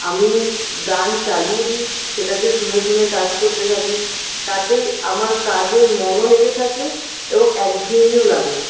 আমি গান চালিয়ে দিই সেটাকে শুনে শুনে কাজ করতে থাকি তাতে আমার কাজের মনও লেগে থাকে এবং একঘেয়েমিও লাগে না